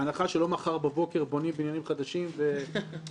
בהנחה שלא מחר בבוקר בונים בניינים חדשים וכו',